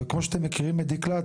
אבל כמו שאתם מכירים את דקלה,